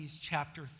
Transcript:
chapter